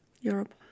Europe